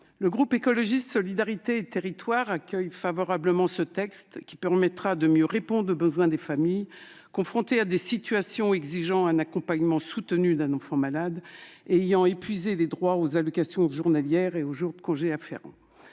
le groupe Écologiste - Solidarité et Territoires accueille favorablement ce texte, qui permettra de mieux répondre aux besoins des familles confrontées à des situations exigeant un accompagnement soutenu d'un enfant malade et ayant épuisé les droits aux allocations journalières et aux jours de congés afférents.